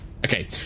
Okay